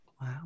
wow